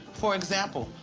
for example,